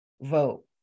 vote